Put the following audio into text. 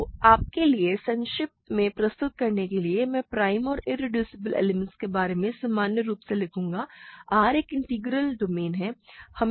तो आपके लिए संक्षिप्त में प्रस्तुत करने के लिए मैं प्राइम और इरेड्यूसिबल एलिमेंट्स के बारे में सामान्य रूप से लिखूंगा R एक इंटीग्रल डोमेन है